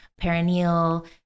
perineal